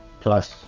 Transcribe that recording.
plus